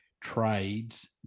trades